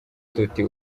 tuti